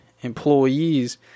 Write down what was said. employees